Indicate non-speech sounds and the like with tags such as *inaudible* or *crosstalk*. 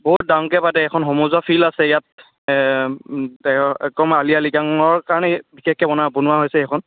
বহুত ডাঙৰকৈ পাতে এখন সমজুৱা ফিল্ড আছে ইয়াত *unintelligible* একদম আলি আই লৃগাংৰ কাৰণে বনোৱা বনোৱা হৈছে এখন